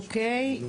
אוקי.